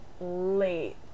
Late